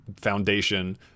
foundation